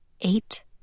Eight